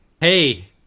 Hey